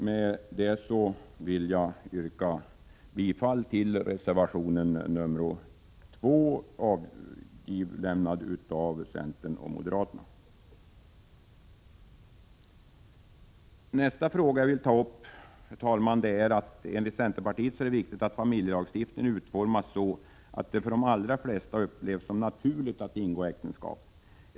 Med detta vill jag yrka bifall till reservationen nr 2 av centern och moderata samlingspartiet. Herr talman! Enligt centerpartiet är det viktigt att familjelagstiftningen utformas så att det för de allra flesta upplevs som naturligt att ingå äktenskap.